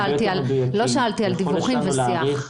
לא שאלתי על דיווחים ועל שיח.